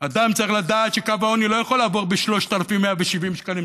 אדם צריך לדעת שקו העוני לא יכול לעבור ב-3,170 שקלים.